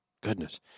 Goodness